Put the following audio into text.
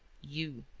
you.